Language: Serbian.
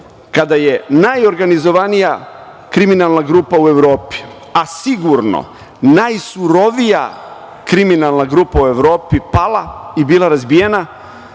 kada je najorganizovanija kriminalna grupa u Evropi, a sigurno najsurovija kriminalna grupa u Evropi pala i bila razbijena,